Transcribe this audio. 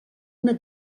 una